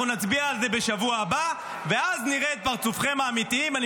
אנחנו נצביע על זה בשבוע הבא ואז נראה את הפרצופים האמיתיים שלכם.